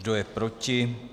Kdo je proti?